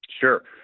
Sure